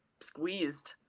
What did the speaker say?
squeezed